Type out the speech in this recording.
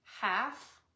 half